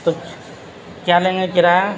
تو کیا لیں گے کرایہ